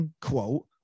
quote